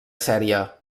sèrie